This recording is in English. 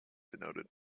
denoted